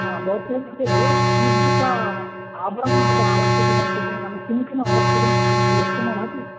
भवत्याः कृते कीदृशम् आभरणं तत्र आवश्यकं वर्तते नाम किं किम् आवश्यकं किञ्चित् वक्तुमर्हति